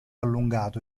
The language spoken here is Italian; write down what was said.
allungato